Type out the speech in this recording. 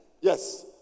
Yes